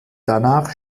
danach